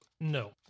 No